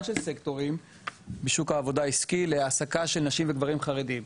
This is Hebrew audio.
של סקטורים בשוק העבודה העסקי להעסקה של גברים ונשים חרדים,